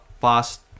fast